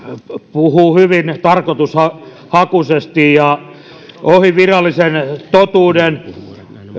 puhuu hyvin tarkoitushakuisesti ja ohi virallisen totuuden